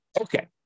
Okay